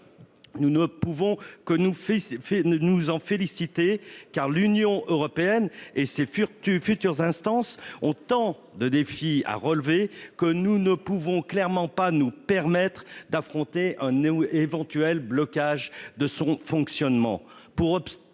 Nous ne pouvons que nous en féliciter. L'Union européenne et ses futures instances ont tant de défis à relever que nous ne pouvons clairement pas nous permettre d'affronter un éventuel blocage de son fonctionnement.